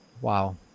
Wow